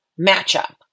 matchup